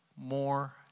more